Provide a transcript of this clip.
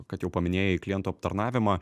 kad jau paminėjai klientų aptarnavimą